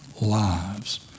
lives